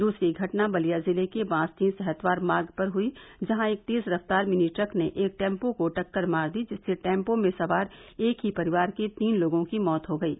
दूसरी घटना बलिया जिले के बांसडीह सहतवार मार्ग पर हुयी जहां एक तेज रफ्तार मिनी ट्रक ने एक टैम्पो को टक्कर मार दी जिससे टैम्पो में सवार एक ही परिवार के तीन लोगों की मौत हो गयी